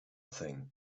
thing